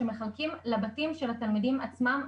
שמחלקים לבתים של התלמידים עצמם.